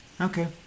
Okay